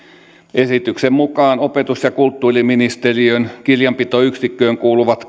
esityksen mukaan opetus ja kulttuuriministeriön kirjanpitoyksikköön kuuluvat